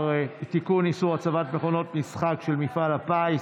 איסור הצבת מכונות משחק של מפעל הפיס),